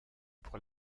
pour